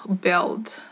build